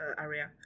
area